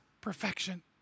perfection